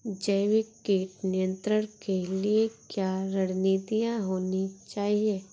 जैविक कीट नियंत्रण के लिए क्या रणनीतियां होनी चाहिए?